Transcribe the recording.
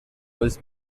was